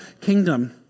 kingdom